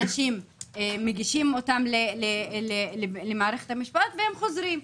אנשים מגישים אותם למערכת המשפט והם חוזרים.